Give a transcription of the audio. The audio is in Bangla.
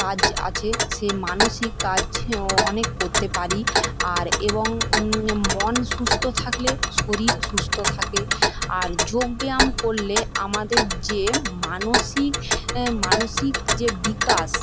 কাজ আছে সে মানসিক কাজেও অনেক করতে পারি আর এবং মন সুস্থ থাকলে শরীর সুস্থ থাকে আর যোগ ব্যায়াম করলে আমাদের যে মানসিক মানসিক যে বিকাশ